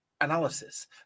analysis